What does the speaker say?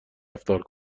رفتار